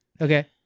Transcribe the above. okay